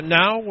now